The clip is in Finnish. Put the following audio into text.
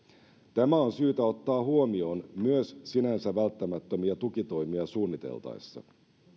tämä on syytä ottaa huomioon myös sinänsä välttämättömiä tukitoimia suunniteltaessa